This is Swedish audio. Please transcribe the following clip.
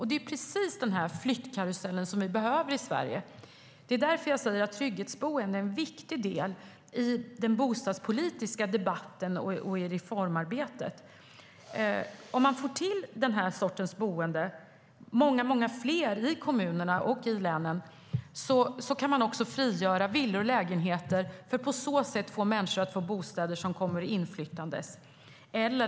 Det är precis den flyttkarusell som vi behöver i Sverige. Det är därför jag säger att trygghetsboenden är en viktig del i den bostadspolitiska debatten och i reformarbetet. Om man får till många fler av den här sortens boenden i kommunerna och i länen kan man frigöra villor och lägenheter för att på så sätt få bostäder till människor som kommer inflyttande.